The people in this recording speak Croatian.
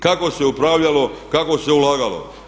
Kako se upravljalo, kako se ulagalo?